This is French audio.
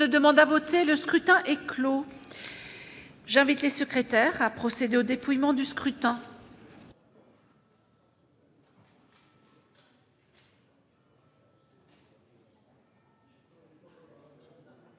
Le scrutin est clos. J'invite Mmes et MM. les secrétaires à procéder au dépouillement du scrutin.